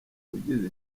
ugize